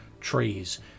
trees